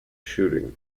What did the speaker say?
shooting